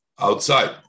outside